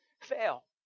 fail